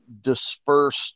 dispersed